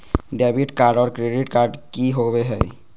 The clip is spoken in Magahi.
डेबिट कार्ड और क्रेडिट कार्ड की होवे हय?